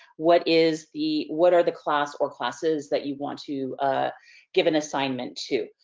what is the, what are the class or classes that you want to give an assignment to?